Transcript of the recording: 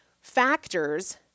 factors